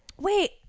wait